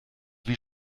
wie